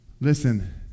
Listen